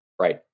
Right